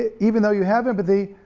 ah even though you have empathy,